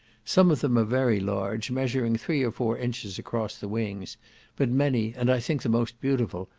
some of them are very large, measuring three or four inches across the wings but many, and i think the most beautiful,